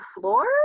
floor